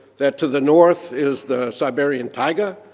that to the north is the siberian taiga,